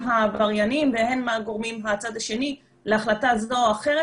העבריינים והן מהגורמים מהצד השני להחלטה זו או אחרת.